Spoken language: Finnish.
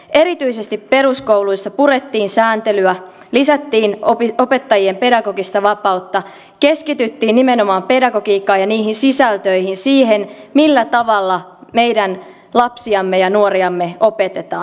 erityisesti peruskouluissa purettiin sääntelyä lisättiin opettajien pedagogista vapautta keskityttiin nimenomaan pedagogiikkaan ja niihin sisältöihin siihen millä tavalla meidän lapsiamme ja nuoriamme opetetaan